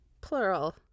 plural